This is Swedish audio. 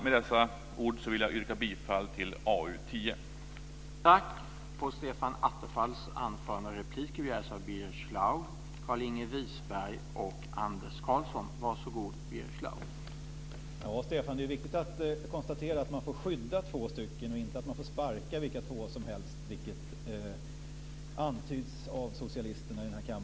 Med dessa ord yrkar jag bifall till förslaget i arbetsmarknadsutskottets betänkande 10.